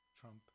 Trump